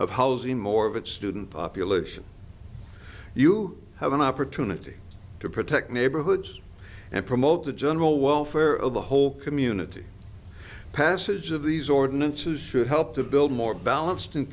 of housing more of its student population you have an opportunity to protect neighborhoods and promote the general welfare of a whole community passage of these ordinances should help to build more balance